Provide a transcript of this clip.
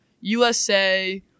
USA